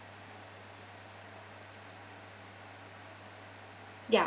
ya